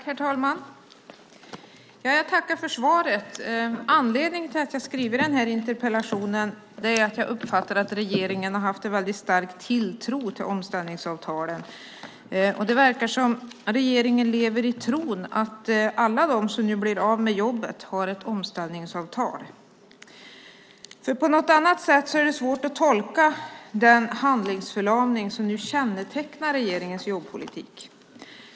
Herr talman! Jag tackar för svaret. Anledningen till att jag har skrivit den här interpellationen är att jag uppfattar att regeringen har haft en väldigt stark tilltro till omställningsavtalen. Det verkar som om regeringen lever i tron att alla de som nu blir av med jobbet har ett omställningsavtal. På något annat sätt är det svårt att tolka den handlingsförlamning som nu kännetecknar regeringens jobbpolitik.